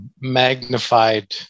magnified